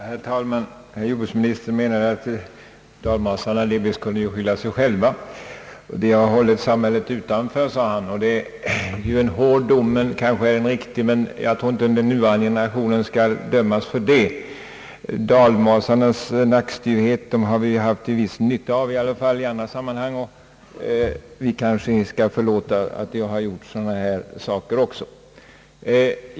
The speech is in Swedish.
Herr talman! Jordbruksministern ansåg att dalmasarna delvis kunde skylla sig själva. De har hållit samhället utanför, sade herr Holmqvist. Det är en hård dom, och den är kanske riktig, men jag tycker inte att den nuvarande generationen skall lida för gamla försyndelser. Dalmasarnas nackstyvhet har vi för resten haft nytta av i andra sammanhang, så det kan kanske förlåtas att de gjort även sådana här saker.